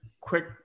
quick